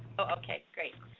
okay, great.